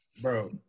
Bro